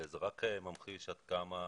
זה רק ממחיש עד כמה,